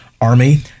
Army